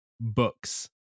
books